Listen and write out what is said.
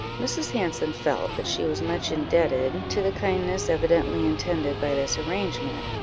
mrs. hanson felt that she was much indebted to the kindness evidently intended by this arrangement,